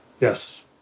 Yes